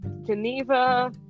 Geneva